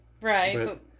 Right